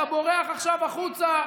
אתה בורח עכשיו החוצה,